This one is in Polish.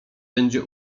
będzie